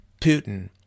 Putin